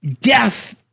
death